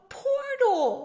portal